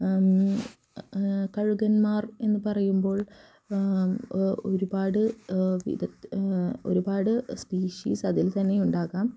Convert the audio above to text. കഴുകന്മാർ എന്ന് പറയുമ്പോൾ ഒരുപാട് സ്പീഷീസ് അതിൽ തന്നെ ഉണ്ടാകാം